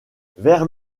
vers